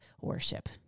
worship